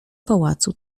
pałacu